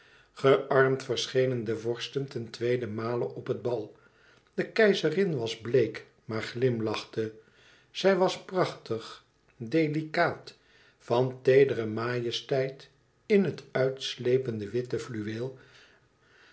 verschenen de vorsten ten tweeden male op het bal de keizerin was bleek maar glimlachte zij was prachtig delicaat van teedere majesteit in het uitslepende witte fluweel